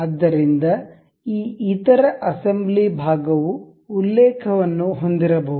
ಆದ್ದರಿಂದ ಈ ಇತರ ಅಸೆಂಬ್ಲಿ ಭಾಗವು ಉಲ್ಲೇಖವನ್ನು ಹೊಂದಿರಬಹುದು